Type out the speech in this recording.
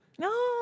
No